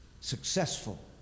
successful